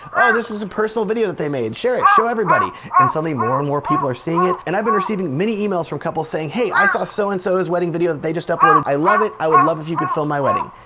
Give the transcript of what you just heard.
oh, this is a personal video that they made. share it. show everybody! and suddenly more and more people are seeing it. and i've been receiving many emails from couples saying, hey i saw so and so so-and-so's wedding video that they just uploaded. i love it i would love if you could film my wedding.